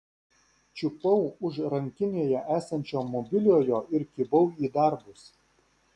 čiupau už rankinėje esančio mobiliojo ir kibau į darbus